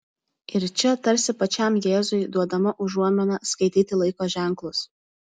ir čia tarsi pačiam jėzui duodama užuomina skaityti laiko ženklus